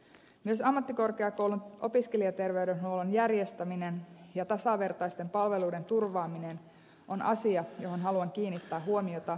myös ammattikorkeakoulun opiskelijaterveydenhuollon järjestäminen ja tasavertaisten palveluiden turvaaminen on asia johon haluan kiinnittää huomiota